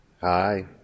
Hi